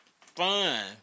fun